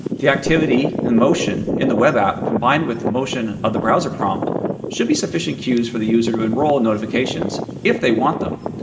the activity in motion in the web app combined with the motion of the browser prompt should be sufficient cues for the user to enroll in notifications if they want them.